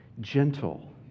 gentle